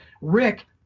Rick